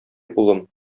улым